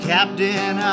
Captain